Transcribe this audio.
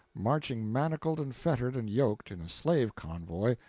marching manacled and fettered and yoked, in a slave convoy,